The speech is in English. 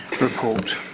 report